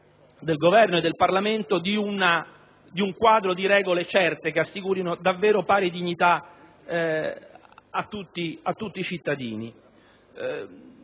del Governo e del Parlamento di un quadro di regole certe che assicurino davvero pari dignità a tutti i cittadini.